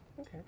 Okay